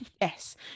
yes